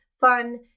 fun